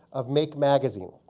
of make magazine,